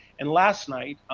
and last night,